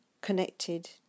connected